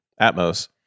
Atmos